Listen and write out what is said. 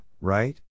right